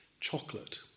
chocolate